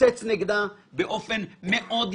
ידענו שנגיע לנושא המשפטי, אז הגיע משפטן.